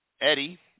Eddie